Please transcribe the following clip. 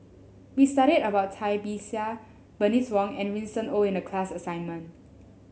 we studied about Cai Bixia Bernice Wong and Winston Oh in the class assignment